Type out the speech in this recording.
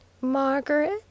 Margaret